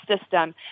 system